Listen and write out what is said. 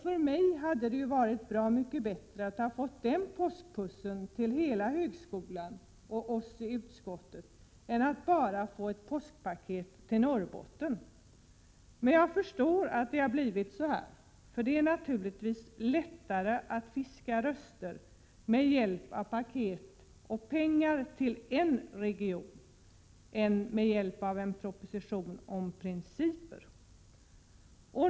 För mig hade det varit bra mycket bättre att få den påskpussen till hela högskolan och till oss i utskottet än att bara få ett påskpaket till Norrbotten. Men jag förstår att det har blivit så här. Det är naturligtvis lättare att fiska röster med hjälp av paket och pengar till en region än med hjälp av en proposition om principer.